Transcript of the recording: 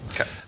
Okay